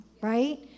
Right